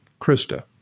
Krista